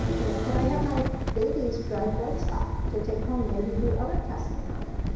you know, could i have my baby's dried blood spot to take home, maybe do other testing on it?